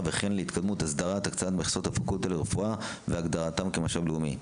וכן להתקדמות הסדרת הקצאת מכסות הפקולטה לרפואה והגדרתם כמשאב לאומי,